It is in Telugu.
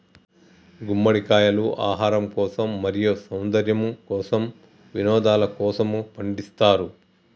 గుమ్మడికాయలు ఆహారం కోసం, మరియు సౌందర్యము కోసం, వినోదలకోసము పండిస్తారు